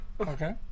Okay